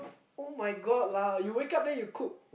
[oh]-my-god lah you wake up then you cook